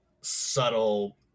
subtle